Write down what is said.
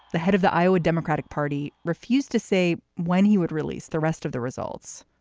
the head of the iowa democratic party refused to say when he would release the rest of the results.